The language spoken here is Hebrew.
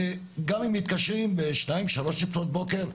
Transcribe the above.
וגם אם מתקשרים ב-2:00-3:00 לפנות בוקר,